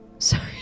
Sorry